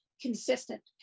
consistent